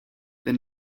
the